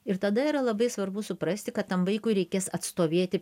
ir tada yra labai svarbu suprasti kad tam vaikui reikės atstovėti